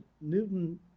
Newton